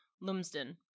Lumsden